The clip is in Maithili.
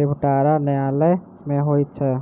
निबटारा न्यायालय मे होइत छै